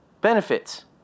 benefits